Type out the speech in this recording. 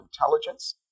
intelligence